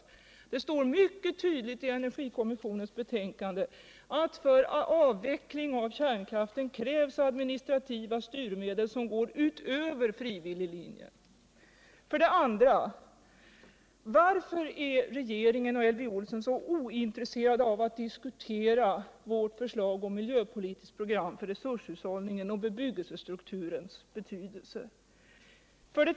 för befintlig bebyg Det står mycket tydligt i energikommissionens betänkande att för avveckling av kärnkrafien krävs administrativa styrmedel som går utöver frivilliglin J en. 2. Varför är regeringen och Elvy Olsson så ointresserade av att diskutera vårt förslag om ett miljöpolitiskt program för resurshushållning och bebyggelsestrukturens betydelse? 4.